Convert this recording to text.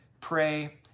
pray